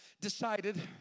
decided